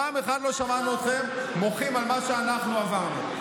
פעם אחת לא שמענו אתכם מוחים על מה שאנחנו עברנו.